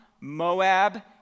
Moab